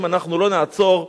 אם אנחנו לא נעצור אותו,